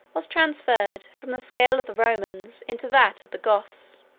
was transferred from the scale of the romans into that of the goths.